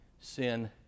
sin